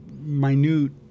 minute